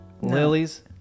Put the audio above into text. lilies